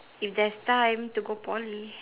if there's time to go poly